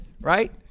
right